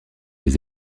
des